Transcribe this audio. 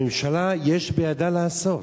הממשלה, יש בידה לעשות.